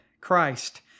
Christ